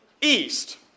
east